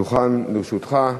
הדוכן לרשותך.